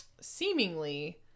seemingly